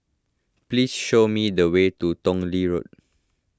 please show me the way to Tong Lee Road